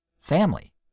Family